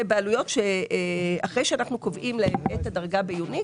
בעלויות שאחרי שאנחנו קובעים להן את הדרגה ב-יוניק,